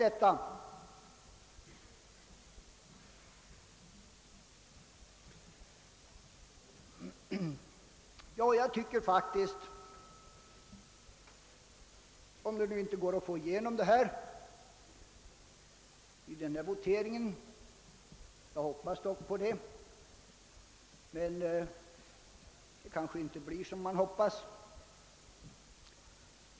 Jag hoppas att vi vid den kommande voteringen skall få igenom våra önskemål — men kanske blir det inte som man hoppats.